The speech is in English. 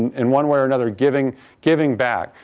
in one way or another, giving giving back.